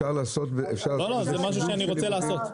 זה משהו שאני רוצה לעשות.